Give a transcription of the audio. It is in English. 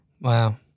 Wow